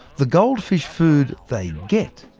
the goldfish food they get,